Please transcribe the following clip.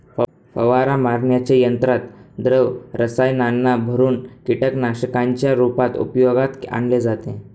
फवारा मारण्याच्या यंत्रात द्रव रसायनांना भरुन कीटकनाशकांच्या रूपात उपयोगात आणले जाते